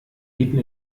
bieten